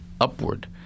upward